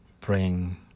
bring